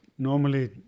Normally